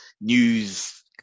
news